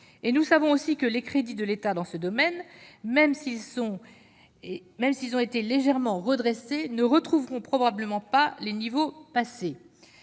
Nous le savons également : les crédits de l'État dans ce domaine, même s'ils ont été légèrement redressés, ne retrouveront probablement pas les niveaux passés.